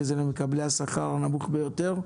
שזה למקבלי השכר הנמוך ביותר.